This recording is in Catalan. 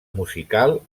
musical